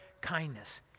kindness